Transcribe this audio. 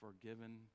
forgiven